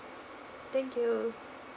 thank you